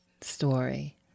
story